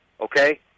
okay